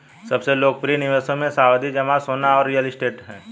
सबसे लोकप्रिय निवेशों मे, सावधि जमा, सोना और रियल एस्टेट है